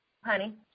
honey